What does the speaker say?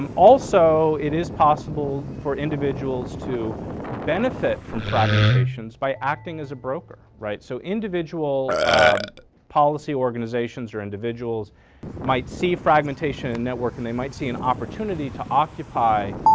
um also, it is possible for individuals to benefit from fragmentations by acting as a broker, right, so individual policy organizations or individuals might see fragmentation in a network and they might see an opportunity to occupy